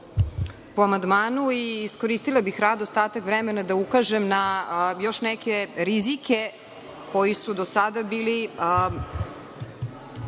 Po amandmanu i iskoristila bih rado ostatak vremena da ukažem na još neke rizike koji su do sada bili